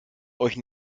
euch